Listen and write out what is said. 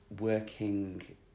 working